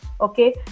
Okay